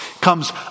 comes